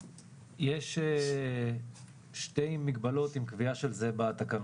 יש שתי מגבלות עיקריות עם קביעה של זה בתקנות.